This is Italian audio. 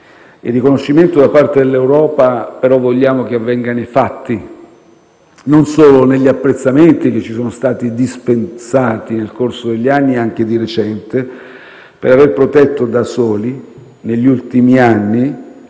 Il riconoscimento da parte dell'Europa vogliamo che avvenga nei fatti e non solo negli apprezzamenti che ci sono stati dispensati nel tempo, e anche di recente, per aver protetto da soli negli ultimi anni